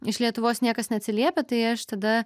iš lietuvos niekas neatsiliepia tai aš tada